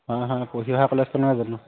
হয় হয় পঢ়ি অহা কলেজখন নহয় জানো